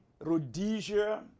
Rhodesia